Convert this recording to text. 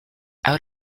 out